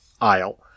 aisle